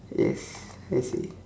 yes I see